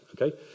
okay